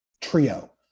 trio